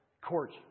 court